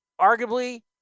arguably